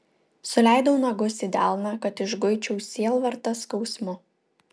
suleidau nagus į delną kad išguičiau sielvartą skausmu